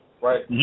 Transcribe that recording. right